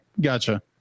Gotcha